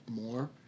more